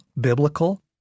biblical